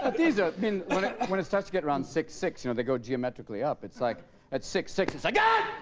these are when um when it's touch to get around six six, you know, they go geometrically up it's like at six sixes i got